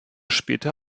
später